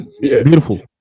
Beautiful